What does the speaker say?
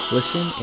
Listen